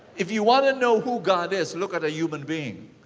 if you want to know who god is, look at a human being.